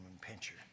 pincher